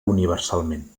universalment